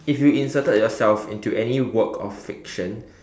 if you inserted yourself into any work of fiction